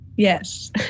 yes